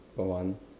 for one